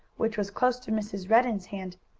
which was close to mrs. redden's hand,